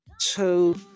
two